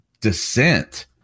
descent